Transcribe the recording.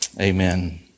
amen